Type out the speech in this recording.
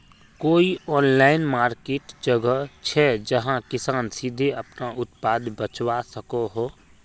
कोई online market जगह छे जहाँ किसान सीधे अपना उत्पाद बचवा सको हो?